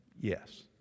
Yes